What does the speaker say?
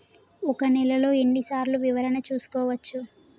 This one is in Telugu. ఒక నెలలో ఎన్ని సార్లు వివరణ చూసుకోవచ్చు?